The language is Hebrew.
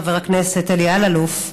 חבר הכנסת אלי אלאלוף,